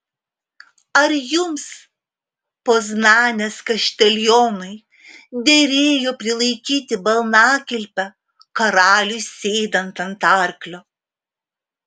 ar jums poznanės kaštelionui derėjo prilaikyti balnakilpę karaliui sėdant ant arklio